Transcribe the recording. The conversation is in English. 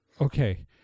Okay